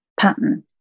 pattern